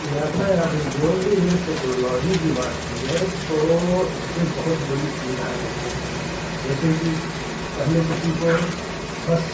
यातायात जो भी यदि टेक्नोलॉजी की बात की जाए तो इससे बहुत बड़ी सुविधाएँ लोगों को मिली हैं जैसे कि पहले किसी को बस